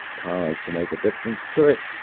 powers to make a difference to it,